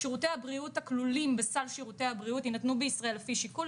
"שירותי בריאות הכלולים בסל שירותי הבריאות יינתנו בישראל לפי שיקול